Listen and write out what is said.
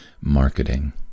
marketing